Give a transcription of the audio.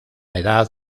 edad